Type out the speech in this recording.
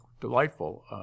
delightful